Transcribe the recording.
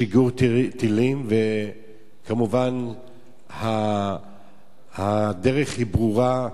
שיגור טילים, וכמובן הדרך היא ברורה,